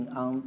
on